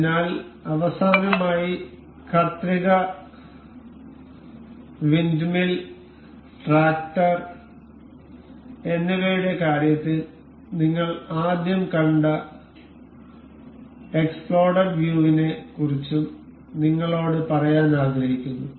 അതിനാൽ അവസാനമായി കത്രിക കാറ്റ് windmill tractor scissors the wind the windmill and the tractor എന്നിവയുടെ കാര്യത്തിൽ നിങ്ങൾ ആദ്യം കണ്ട എക്സ്പ്ലോഡഡ് വ്യൂവിനെ കുറിച്ചും നിങ്ങളോട് പറയാൻ ആഗ്രഹിക്കുന്നു